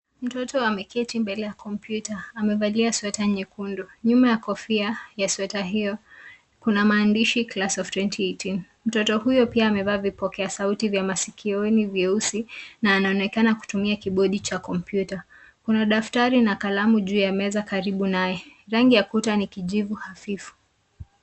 Mtoto ameketi mbele ya kompyuta, amevalia sweta nyekundu. Nyuma ya kofia ya sweta hio kuna maandishi Class Of 2018. Mtoto huyo pia amevaa vipokea sauti vya masikioni vyeusi na anaonekana kutumia kibodi cha kompyuta. Kuna daftari na kalamu juu ya meza karibu naye. Rangi ya kuta ni kijivu hafifu.